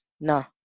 no